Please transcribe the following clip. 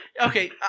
Okay